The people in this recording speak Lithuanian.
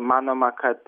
manoma kad